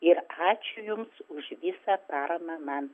ir ačiū jums už visą paramą man